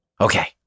Okay